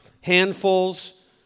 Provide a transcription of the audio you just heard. handfuls